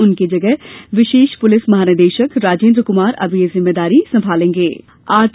उनकी जगह विशेष पुलिस महानिदेशक राजेन्द्र कुमार अब ये जिम्मेदारी दी गई है